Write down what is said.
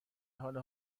حال